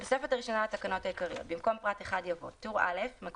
בתוספת הראשונה לתקנות העיקריות במקום פרט 1 יבוא: טור א' טור ב'